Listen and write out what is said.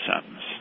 sentence